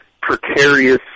precarious